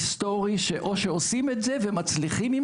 היסטורי או שעושים את זה ומצליחים עם